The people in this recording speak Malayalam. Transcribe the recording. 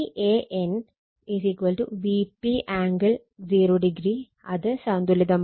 Van Vp ആംഗിൾ 0o അത് സന്തുലിതമാണ്